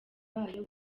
bayo